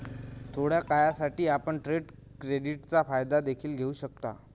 थोड्या काळासाठी, आपण ट्रेड क्रेडिटचा फायदा देखील घेऊ शकता